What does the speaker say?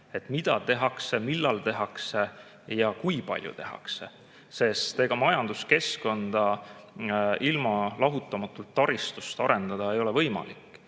– mida tehakse, millal tehakse ja kui palju tehakse. Ega majanduskeskkonda lahutatuna taristust arendada ei ole võimalik.